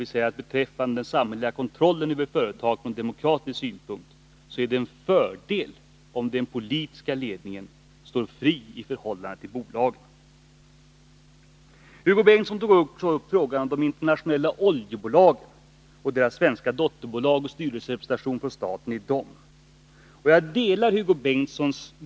Vi säger: ”Vad beträffar den samhälleliga kontrollen över företaget kan det enligt utskottets uppfattning från demokratisk synpunkt ses som en fördel om den politiska ledningen står fri i förhållande till bolagen ——-;” Hugo Bengtsson tog också upp frågan om de internationella oljebolagen och styrelserepresentation för staten i deras svenska dotterbolag.